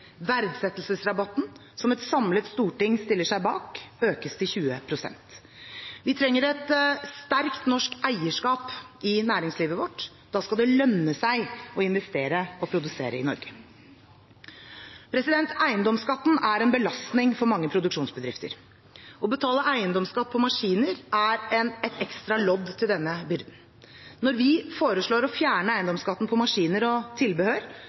Verdsettelsesrabatten, som et samlet storting stiller seg bak, økes til 20 pst. Vi trenger et sterkt norsk eierskap i næringslivet vårt. Det skal lønne seg å investere og produsere i Norge. Eiendomsskatten er en belastning for mange produksjonsbedrifter. Å betale eiendomsskatt på maskiner er et ekstra lodd til denne byrden. Når vi foreslår å fjerne eiendomsskatten på maskiner og tilbehør,